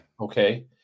Okay